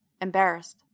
embarrassed